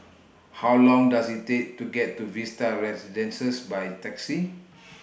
How Long Does IT Take to get to Vista Residences By Taxi